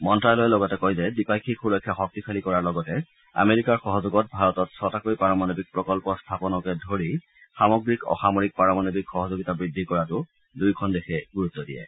মন্তালয়ে লগতে কয় যে দ্বিপাক্ষিক সুৰক্ষা শক্তিশালী কৰাৰ লগতে আমেৰিকাৰ সহযোগত ভাৰতত ছটাকৈ পাৰমাণৱিক প্ৰকল্প স্থাপনকে ধৰি সামগ্ৰিক অসামৰিক পাৰমাণৱিক সহযোগিতা বৃদ্ধি কৰাটো দুয়োখন দেশে গুৰুত্ব দিয়ে